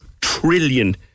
trillion